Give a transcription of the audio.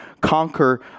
conquer